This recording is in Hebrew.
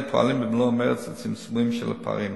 פועלים במלוא המרץ לצמצומם של הפערים.